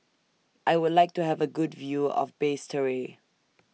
I Would like to Have A Good View of Basseterre